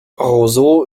roseau